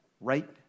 right